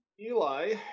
Eli